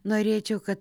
norėčiau kad